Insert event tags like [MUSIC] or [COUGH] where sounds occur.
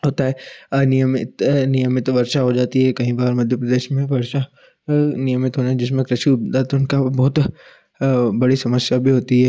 होता है अनियमित नियमित वर्षा हो जाती है कहीं बार मध्य प्रदेश में वर्षा अनियमित होना जिसमें [UNINTELLIGIBLE] उनका बहुत बड़ी समस्या भी होती है